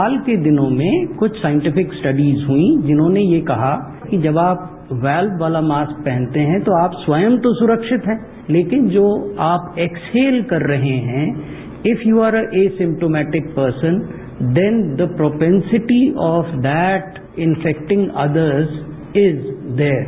हाल के दिनों में कुछ साइटिफिक स्टडिज हुई जिन्होंने ये कहा कि जब आप वॉल्व वाला मास्क पहनते हैं तो स्वयं तो आप सुरक्षित हैं लेकिन जो आप एक्सहेल कर रहे हैं if you are asymptomatic person then the propensity of that infecting others is there